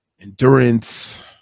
endurance